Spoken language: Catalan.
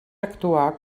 actuar